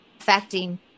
affecting